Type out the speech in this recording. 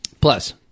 Plus